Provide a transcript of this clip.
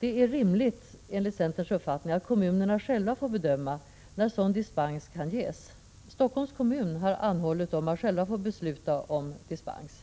Det är enligt centerns uppfattning rimligt att kommunerna själva får bedöma när sådan dispens kan ges. Stockholms kommun har anhållit om att själv få besluta om dispens,